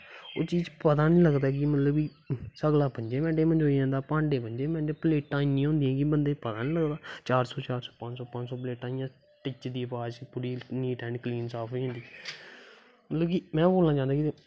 ओह् चीज़ पता गै नी लगदा कि मतलव साढ़े अपनें बंदा भांडे इन्ने होंदे कि पलेटां इन्नियां होंदियां कि बंदे गी पता गै नी लग्गदा चार सौ चार सौ पंज सौ पंद सौ पलेटां चिट कीती जियां पलेटां नीट ऐंड़ कलीन साफ होई जंदियां मतलव कि ओह् पता नी लगदा कि